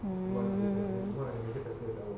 mm